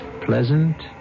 pleasant